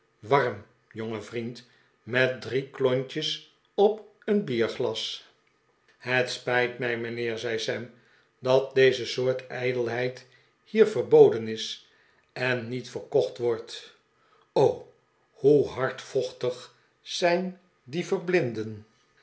warm jonge vriend met drie klontjes op een bierglas het spijt mij mijnheer zei sam dat deze soort ijdelheid hier verboden is en niet verkocht wordt o hoe hardvochtig zijn die verblinden